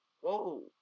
whoa